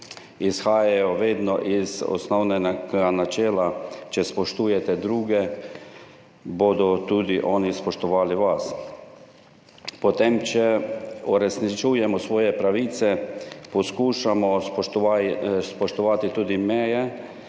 izhajajo vedno iz osnovnega načela – če spoštujete druge, bodo tudi oni spoštovali vas. Če uresničujemo svoje pravice, poskušamo spoštovati tudi meje,